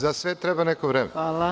Za sve treba neko vreme.